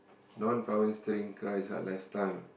non power steering cars are last time